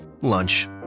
Lunch